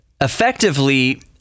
effectively